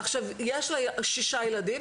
עכשיו יש לה 6 ילדים.